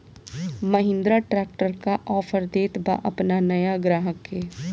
Mahindra tractor का offer देत बा अपना नया ग्राहक के?